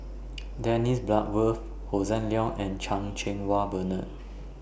Dennis Bloodworth Hossan Leong and Chan Cheng Wah Bernard